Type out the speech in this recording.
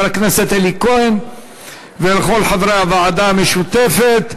הכנסת אלי כהן ולכל חברי הוועדה המשותפת.